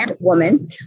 woman